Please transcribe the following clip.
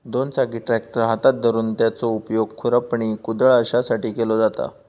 दोन चाकी ट्रॅक्टर हातात धरून त्याचो उपयोग खुरपणी, कुदळ अश्यासाठी केलो जाता